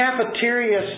cafeteria